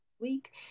week